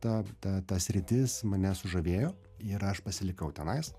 ta ta ta sritis mane sužavėjo ir aš pasilikau tenais